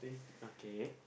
okay